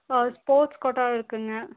அது sports quota இருக்குதுங்க